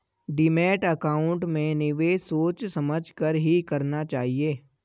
demat account में निवेश सोच समझ कर ही करना चाहिए